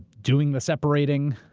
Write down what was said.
doing the separating,